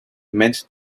meant